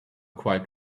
quite